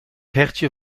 hertje